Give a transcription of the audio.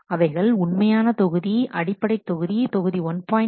அவைகள் உண்மையான தொகுதி அடிப்படை தொகுதி தொகுதி 1